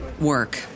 work